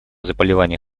заболеваний